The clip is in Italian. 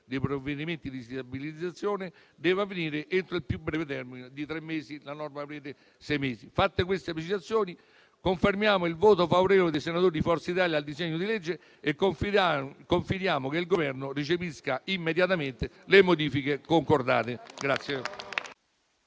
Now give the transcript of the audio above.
dei provvedimenti di disabilitazione deve avvenire entro il più breve termine di tre mesi (la norma prevede sei mesi). Fatte queste precisazioni, confermiamo il voto favorevole dei senatori di Forza Italia al disegno di legge e confidiamo che il Governo recepisca immediatamente le modifiche concordate.